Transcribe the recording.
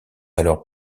alors